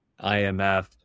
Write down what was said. IMF